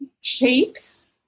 shapes